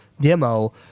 demo